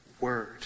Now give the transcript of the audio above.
word